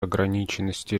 ограниченности